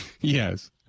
Yes